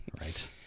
Right